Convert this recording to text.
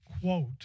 quote